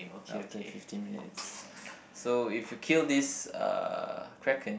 after fifteen minutes so if you kill this uh Kraken